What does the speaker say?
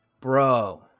bro